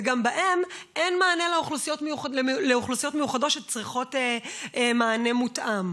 וגם בהם אין מענה לאוכלוסיות מיוחדות שצריכות מענה מותאם.